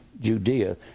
Judea